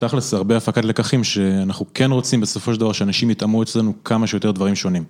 תכל'ס הרבה הפקת לקחים שאנחנו כן רוצים בסופו של דבר שאנשים יטעמו אצלנו כמה שיותר דברים שונים.